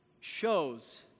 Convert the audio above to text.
shows